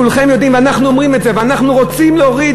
כולכם יודעים ואנחנו אומרים את זה ואנחנו רוצים להוריד